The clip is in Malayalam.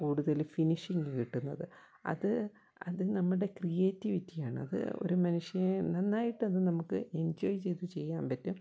കൂടുതല് ഫിനിഷിങ് കിട്ടുന്നത് അത് അത് നമ്മുടെ ക്രീയേറ്റീവിറ്റിയാണത് ഒരു മനുഷ്യന് നന്നായിട്ടത് നമുക്ക് എൻജോയ് ചെയ്ത് ചെയ്യാൻ പറ്റും